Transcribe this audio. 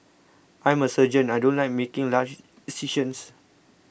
I'm a surgeon I don't like making large incisions